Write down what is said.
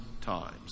times